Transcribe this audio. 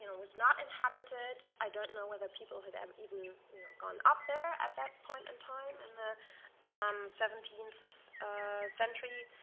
you know was not inhabited. i don't know whether people had um even you know gone up there at that point in time in the seventeenth century.